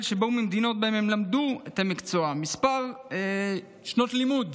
שבאו ממדינות שבהן למדו את המקצוע בכמה שנות לימוד